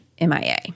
MIA